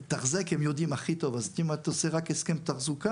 לתחזק הם יודעים הכי טוב אז אם אתה עושה רק הסכם תחזוקה,